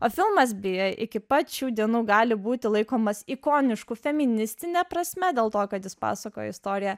o filmas beje iki pat šių dienų gali būti laikomas ikonišku feministine prasme dėl to kad jis pasakoja istoriją